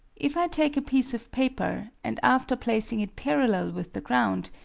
if i take a piece of paper, and after placing it parallel with the ground,